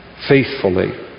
faithfully